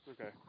Okay